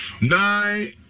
Nine